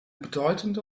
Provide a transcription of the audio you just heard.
bedeutende